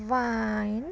wine